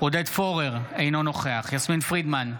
עודד פורר, אינו נוכח יסמין פרידמן,